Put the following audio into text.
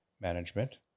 management